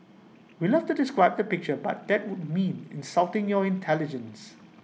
we'd love to describe the picture but that would mean insulting your intelligence